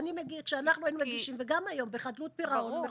כשאנחנו היינו מגישים וגם היום בחדלות פירעון,